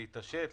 להתעשת,